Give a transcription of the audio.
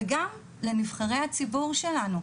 וגם לנבחרי הציבור שלנו,